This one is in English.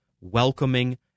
welcoming